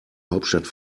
hauptstadt